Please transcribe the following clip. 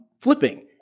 flipping